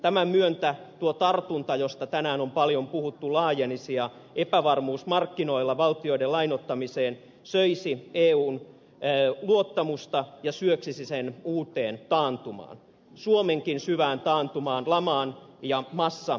tämän myötä tuo tartunta josta tänään on paljon puhuttu laajenisi ja epävarmuus markkinoilla valtioiden lainoittamiseen söisi eun luottamusta ja syöksisi sen uuteen taantumaan syöksisi suomenkin syvään taantumaan lamaan ja massatyöttömyyteen